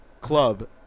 club